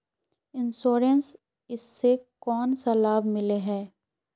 Insurance इस से कोन सा लाभ मिले है?